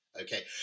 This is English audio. okay